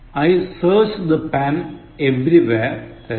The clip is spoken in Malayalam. I searched the pen everywhere തെറ്റ്